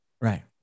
Right